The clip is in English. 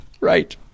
right